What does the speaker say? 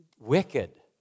wicked